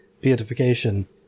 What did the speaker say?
beatification